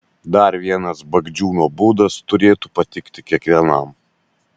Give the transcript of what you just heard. dar vienas bagdžiūno būdas turėtų patikti kiekvienam